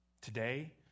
Today